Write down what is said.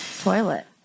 toilet